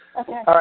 Okay